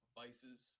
vices